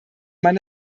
man